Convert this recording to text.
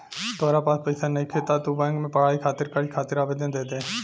तोरा पास पइसा नइखे त तू बैंक में पढ़ाई खातिर कर्ज खातिर आवेदन दे दे